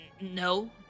no